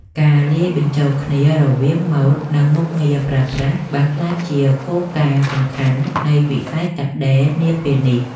ការលាយបញ្ជូលគ្នារវាងម៉ូដ និងមុខងារប្រើប្រាស់បានក្លាយជាគោលការណ៍សំខាន់នៃវិស័យកាត់ដេរនាពេលនេះ។